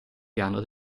piano